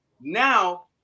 now